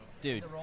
Dude